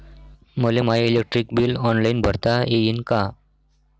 मले my electric bill online भरता येईन का?